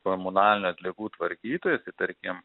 komunalinių atliekų tvarkytojais tai tarkim